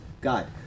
God